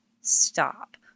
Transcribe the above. stop